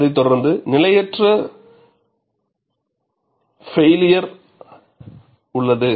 அதைத் தொடர்ந்து நிலையற்ற பைலியர் உள்ளது